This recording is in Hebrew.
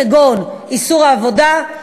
כגון איסור עבודה,